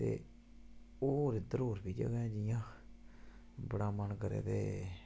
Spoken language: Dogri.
ते होर इद्धर कोई जगह निं ऐ बड़ा मन करै ते